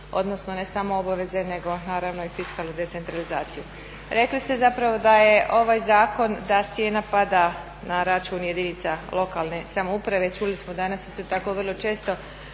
odnosno ne samo obaveze nego naravno fiskalnu decentralizaciju. Rekli ste da je ovaj zakon da cijena pada na račun jedinice lokalne samouprave, čuli smo danas isto tako vrlo često